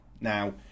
Now